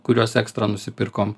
kuriuos ekstra nusipirkom